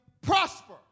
prosper